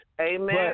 Amen